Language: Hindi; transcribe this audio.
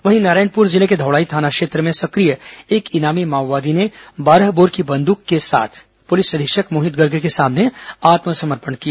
वहीं नारायणपुर जिले के धौड़ाई थाना क्षेत्र में सक्रिय एक इनामी माओवादी ने बारह बोर की बंदूक के साथ पुलिस अधीक्षक मोहित गर्ग के सामने आत्मसमर्पण किया